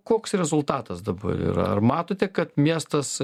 koks rezultatas dabar yra ar matote kad miestas